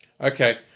Okay